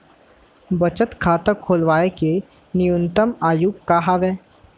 बचत खाता खोलवाय के न्यूनतम आयु का हवे?